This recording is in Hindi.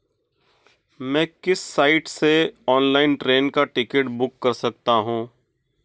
मैं किस साइट से ऑनलाइन ट्रेन का टिकट बुक कर सकता हूँ?